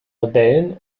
rebellen